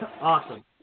Awesome